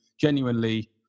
genuinely